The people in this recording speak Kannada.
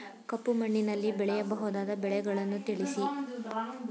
ಕಪ್ಪು ಮಣ್ಣಿನಲ್ಲಿ ಬೆಳೆಯಬಹುದಾದ ಬೆಳೆಗಳನ್ನು ತಿಳಿಸಿ?